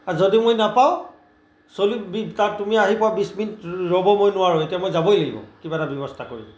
আৰু যদি মই নাপাওঁ ছলিড বি তুমি আহি পোৱা বিছ মিনিট ৰ'ব মই নোৱাৰোঁ এতিয়া মই যাবই লাগিব কিবা এটা ব্যৱস্থা কৰি